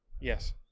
yes